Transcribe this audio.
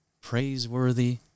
Praiseworthy